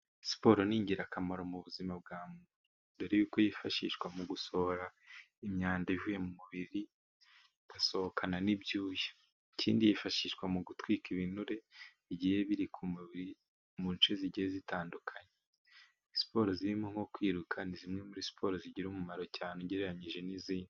Siporo ni ingirakamaro mu buzima bwa muntu, kuko yifashishwa mu gusohora imyanda ivuye mu mubiri, igasohokana n'ibyuya. Ikindi yifashishwa mu gutwika ibinure igihe biri ku mubiri mu nce zigiye zitandukanye. Siporo zirimo nko kwiruka ni zimwe muri siporo zigira umumaro cyane ugereranyije n'izindi.